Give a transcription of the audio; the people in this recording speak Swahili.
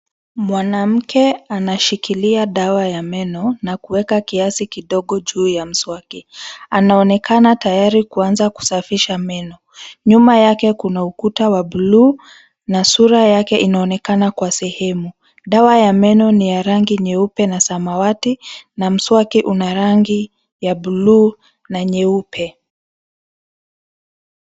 Mwanamke anashikilia dawa ya meno na kuwekwa kiasi kidogo juu ya mswaki. Anaonekana tayari kuanza kusafisha meno. Nyuma yake kuna ukuta wa bluu na sura yake inaonekana kwa sehemu. Dawa ya meno ni ya rangi nyeupe na samawati na mswaki una rangi ya bluu na nyeupe.